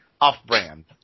Off-brand